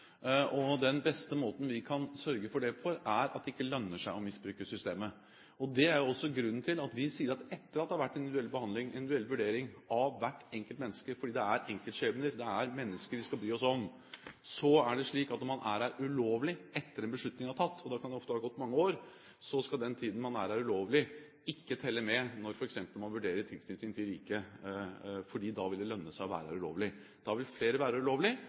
og den beste måten vi kan sørge for det på, er at det ikke lønner seg å misbruke systemet. Det er jo også grunnen til at vi sier at det skal være en individuell behandling, en individuell vurdering, av hvert enkelt menneske fordi det er enkeltskjebner, det er mennesker vi skal bry oss om. Så er det slik at når man er her ulovlig etter at en beslutning er tatt – og da kan det ofte ha gått mange år – skal den tiden man har vært her ulovlig, ikke telle med når man f.eks. vurderer tilknytning til riket, for da vil det lønne seg å være her ulovlig. Da vil flere være her ulovlig,